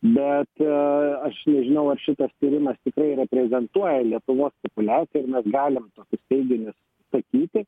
bet aš nežinau ar šitas tyrimas tikrai reprezentuoja lietuvos populiaciją ir mes galim tokius teiginius sakyti